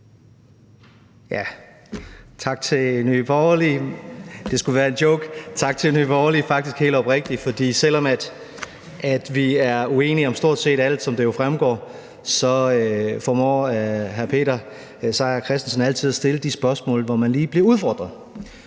Tak til Nye Borgerlige – og det er faktisk helt oprigtigt – for selv om vi er uenige om stort set alt, som det jo fremgår, så formår hr. Peter Seier Christensen altid at stille de spørgsmål, hvor man bliver lidt udfordret.